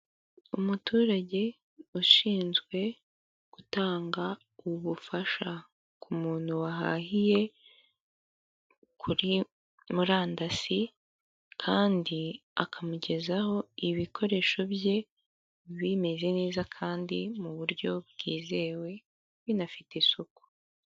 Umuturage ushinzwe gutanga ubufasha ku muntu wahahiye kuri murandasi, kandi akamugezaho ibikoresho bye bimeze neza kandi mu buryo bwizewe binafite isuku.